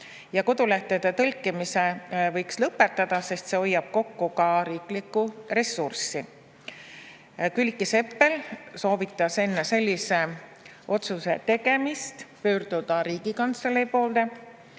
Kodulehtede tõlkimise võiks lõpetada, see hoiab kokku ka riigi ressurssi. Külliki Seppel soovitas enne sellise otsuse tegemist pöörduda Riigikantselei poole,